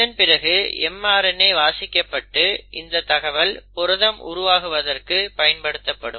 இதன் பிறகு mRNA வாசிக்கப்பட்டு இந்த தகவல் புரதம் உருவாகுவதற்கு பயன்படுத்தப்படும்